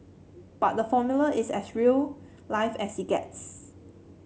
but the formula is as real life as it gets